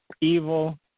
Evil